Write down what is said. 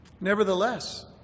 Nevertheless